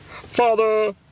Father